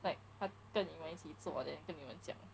like 他跟你们一起坐 then 跟你们讲